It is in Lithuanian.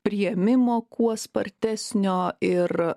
priėmimo kuo spartesnio ir